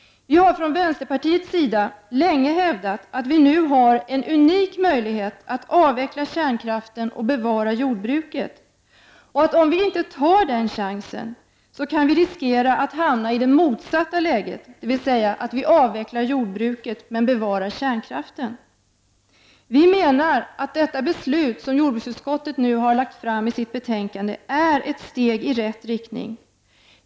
Vi har från vänsterpartiets sida länge hävdat att vi nu har en unik möjlighet att avveckla kärnkraften och bevara jordbruket. Om vi i Sverige inte tar den chansen kan vi riskera att hamna i det motsatta läget, dvs. att vi avvecklar jordbruket men bevarar kärnkraften. Vi från vänsterpartiet menar att detta förslag som jordbruksutskottet nu har lagt fram i sitt betänkande är ett steg i rätt riktning.